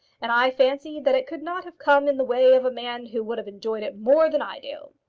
and i fancy that it could not have come in the way of a man who would have enjoyed it more than i do.